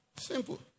Simple